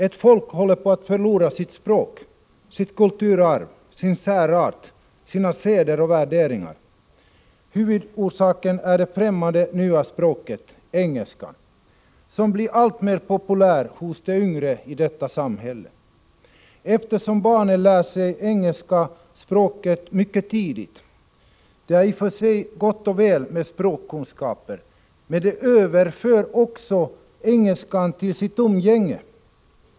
Ett folk håller på att förlora sitt språk, sitt kulturarv, sin särart, sina seder och värderingar. Huvudorsaken är det ffrämmande nya språket, engelskan, som blir alltmer populärt hos de yngre i detta samhälle. Barnen lär sig engelska språket mycket tidigt, och det är i och för sig gott och väl med språkkunskaper, men de använder också engelskan i sitt umgänge.